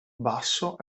basso